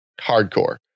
hardcore